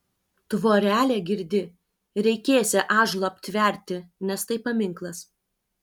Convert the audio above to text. tvorelę girdi reikėsią ąžuolą aptverti nes tai paminklas